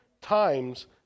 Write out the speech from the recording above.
times